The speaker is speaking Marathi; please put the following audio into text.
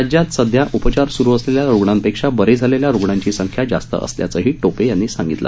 राज्यात सध्या उपचार सुरू असलेल्या रुग्णांपेक्षा बरे झालेल्या रुग्णांची संख्या जास्त असल्याचंही टोपे यांनी सांगितलं